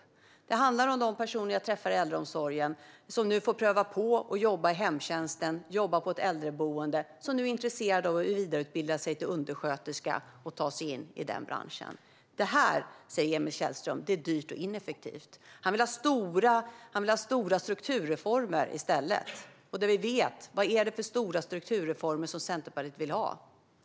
Det handlar om de personer jag träffar i äldreomsorgen som får pröva på att jobba i hemtjänsten och på ett äldreboende som nu är intresserade av att vidareutbilda sig till undersköterska och ta sig in i den branschen. Det här är dyrt och ineffektivt, säger Emil Källström. Han vill i stället ha stora strukturreformer. Vad är det för stora strukturreformer som Centerpartiet vill ha?